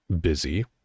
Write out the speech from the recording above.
busy